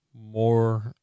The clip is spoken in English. more